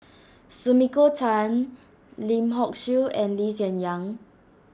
Sumiko Tan Lim Hock Siew and Lee Hsien Yang